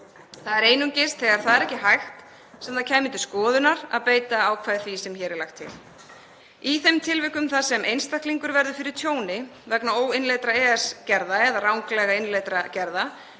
Það er einungis þegar það er ekki hægt sem það kæmi til skoðunar að beita ákvæði því sem hér er lagt til. Í þeim tilvikum þar sem einstaklingur verður fyrir tjóni vegna óinnleiddra EES-gerða eða ranglega innleiddra gerða